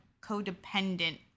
codependent